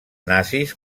nazis